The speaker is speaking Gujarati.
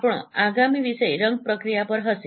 આપણો આગામી વિષય રંગ પ્રક્રિયા પર હશે